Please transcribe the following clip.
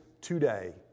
today